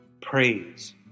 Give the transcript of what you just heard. praise